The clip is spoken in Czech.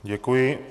Děkuji.